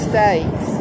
States